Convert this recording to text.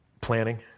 Planning